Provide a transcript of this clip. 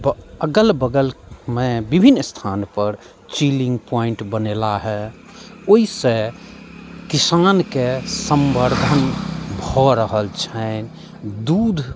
ब अगल बगलमे विभिन्न स्थानपर चिलिङ्ग पोइन्ट बनेलाह हे ओहिसँ किसानके सँवर्द्धन भऽ रहल छैन्ह दूध